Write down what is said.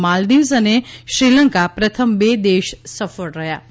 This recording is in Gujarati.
માલદીવ્સ અને શ્રીલંકા પ્રથમ બે દેશ સફળ રહ્યા છે